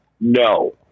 No